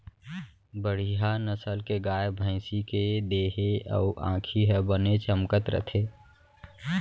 बड़िहा नसल के गाय, भँइसी के देहे अउ आँखी ह बने चमकत रथे